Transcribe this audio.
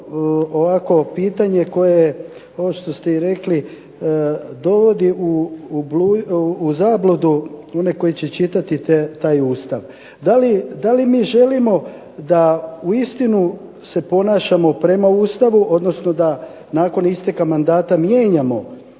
ovako pitanje koje, kao što ste i rekli, dovodi u zabludu one koji će čitati taj Ustav. Da li mi želimo da uistinu se ponašamo prema Ustavu, odnosno da nakon isteka mandata mijenjamo,